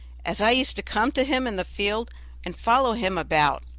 as i used to come to him in the field and follow him about.